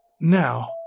Now